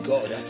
God